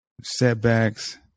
setbacks